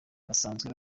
basanzwe